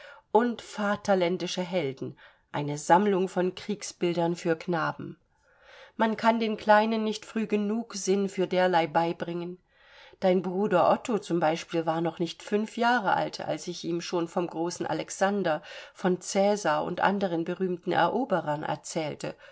und vaterländische helden eine sammlung von kriegsbildern für knaben man kann den kleinen nicht früh genug sinn für derlei beibringen dein bruder otto z b war noch nicht fünf jahre alt als ich ihm schon vom großen alexander von cäsar und anderen berühmten eroberern erzählte